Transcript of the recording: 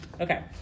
Okay